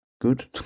good